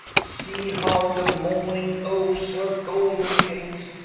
see how the morning opes her golden gates,